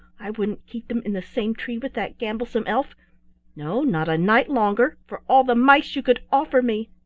i wouldn't keep them in the same tree with that gamblesome elf no, not a night longer for all the mice you could offer me.